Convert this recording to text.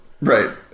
right